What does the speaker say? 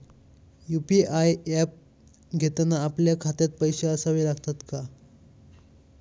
UPI app घेताना आपल्या खात्यात पैसे असावे लागतात का?